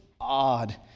odd